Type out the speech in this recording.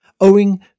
owing